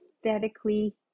aesthetically